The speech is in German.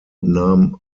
nahm